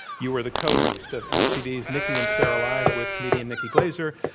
you were the cohost of mtv's nikki and sara live with comedienne nikki glaser.